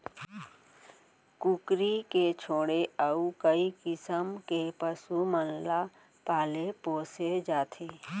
कुकरी के छोड़े अउ कई किसम के पसु मन ल पाले पोसे जाथे